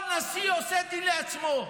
כל נשיא עושה דין לעצמו,